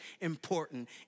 important